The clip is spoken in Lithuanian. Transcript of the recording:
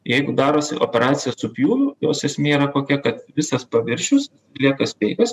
jeigu darosi operacija su pjūviu jos esmė yra kokia kad visas paviršius lieka sveikas